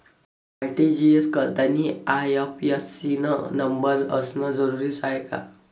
RTGS करतांनी IFSC न number असनं जरुरीच हाय का?